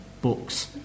books